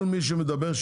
כל מי שמדבר,